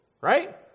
right